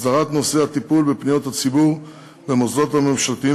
הסדרת נושא הטיפול בפניות הציבור במוסדות הממשלתיים